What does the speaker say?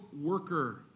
worker